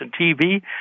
TV